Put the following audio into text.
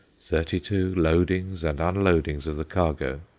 thirty-two loadings and unloadings of the cargo,